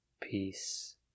Peace